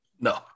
No